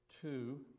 Two